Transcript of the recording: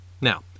Now